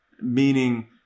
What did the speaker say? meaning